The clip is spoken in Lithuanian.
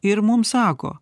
ir mum sako